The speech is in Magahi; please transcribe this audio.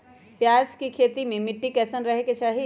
प्याज के खेती मे मिट्टी कैसन रहे के चाही?